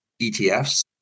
ETFs